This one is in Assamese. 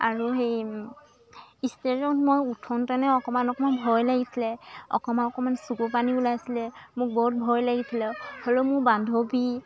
আৰু সেই ষ্টেজত মই উঠোতে নে অকণমান অকণমান ভয় লাগিছিলে অকণমান অকণমান চকু পানী ওলাইছিলে মোক বহুত ভয় লাগিছিলে হ'লেও মোৰ বান্ধৱী